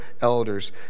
elders